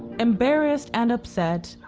embarrassed and upset,